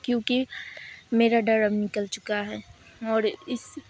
کیونکہ میرا ڈر اب نکل چکا ہے اور اس